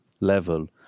level